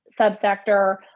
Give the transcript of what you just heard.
subsector